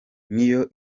niyo